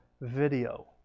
video